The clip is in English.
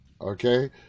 okay